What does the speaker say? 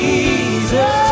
Jesus